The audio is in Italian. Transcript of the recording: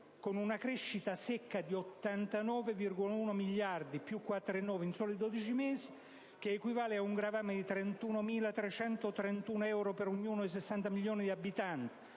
con una crescita secca di 89,1 miliardi di euro (più 4,9 per cento) in soli dodici mesi, che equivale ad un gravame di 31.331 euro per ognuno dei 60 milioni di abitanti,